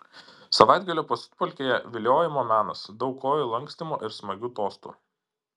savaitgalio pasiutpolkėje viliojimo menas daug kojų lankstymo ir smagių tostų